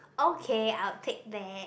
okay I will take back